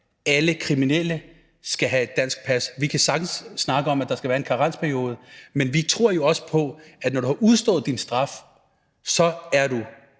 alle kriminelle skal have et dansk pas. Vi kan sagtens snakke om, at der skal være en karensperiode, men vi tror jo også på, at når du har udstået din straf, er du